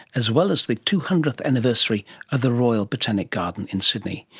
as well as the two hundredth anniversary of the royal botanic garden in sydney.